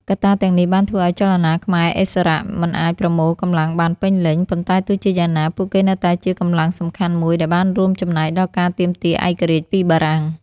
កត្តាទាំងនេះបានធ្វើឱ្យចលនាខ្មែរឥស្សរៈមិនអាចប្រមូលកម្លាំងបានពេញលេញ ប៉ុន្តែទោះជាយ៉ាងណា ពួកគេនៅតែជាកម្លាំងសំខាន់មួយដែលបានរួមចំណែកដល់ការទាមទារឯករាជ្យពីបារាំង។